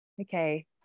Okay